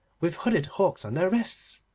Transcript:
with hooded hawks on their wrists.